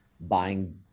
buying